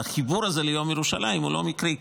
והחיבור הזה ליום ירושלים הוא לא מקרי,